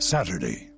Saturday